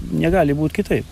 negali būt kitaip